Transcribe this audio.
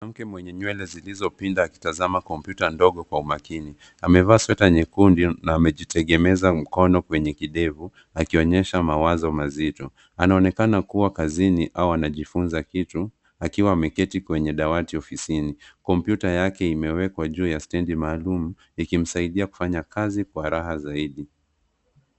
Mwanamke mwenye nywele zilizopinda akitazama kompyuta ndogo kwa umakini. Amvaa nguo ya nyekundu na amejitengemeza mkono kwenye kidevu akionyesha mawazo mazito. Anaonekana kuwa kazini au anajifunza kitu akiwa ameketi kwenye dawati ofisini. Kompyuta yake imewekwa juu ya stendi maalum ikimsaidia kufanya kazi kwa raha zaidi.